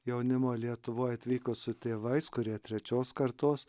jaunimo lietuvoj atvyko su tėvais kurie trečios kartos